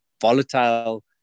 volatile